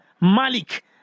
Malik